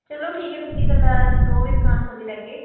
चलो ठीक ऐ तुंदी गल्ला नौ बजे दकान खोह्ली लैगे